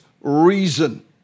reason